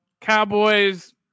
Cowboys